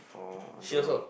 oh I don't know